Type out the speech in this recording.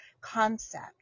concept